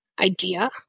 idea